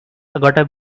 gotta